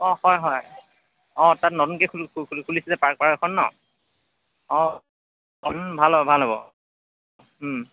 অঁ হয় হয় অঁ তাত নতুনকৈ খুলিছে যে পাৰ্ক এখন ন অঁ ভাল হ'ব ভাল হ'ব